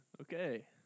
Okay